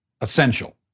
Essential